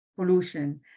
pollution